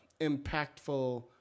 impactful